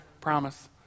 promise